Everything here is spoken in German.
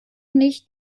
nicht